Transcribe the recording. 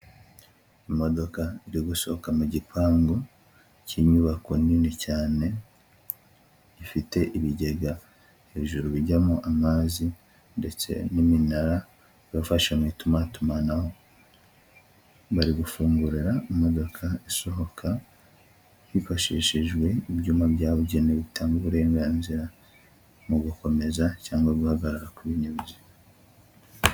Imodoka iri gusohoka mu gipangu cy'inyubako nini cyane, gifite ibigega hejuru bijyamo amazi ndetse n'iminara ibafasha mw’itumatumanaho. Bari gufungurira imodoka isohoka hifashishijwe ibyuma byabugenewe, bitanga uburenganzira mu gukomeza cyangwa guhagarara kw’ibinyabiziga.